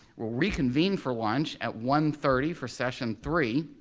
we'll reconvene for lunch at one thirty for session three,